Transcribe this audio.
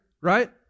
right